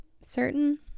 certain